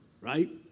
right